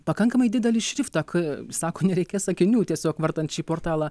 pakankamai didelį šriftą kai sako nereikės akinių tiesiog vartant šį portalą